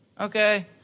Okay